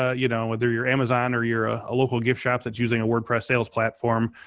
ah you know whether you're amazon or you're ah a local gift shop that's using a wordpress sales platform.